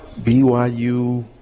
BYU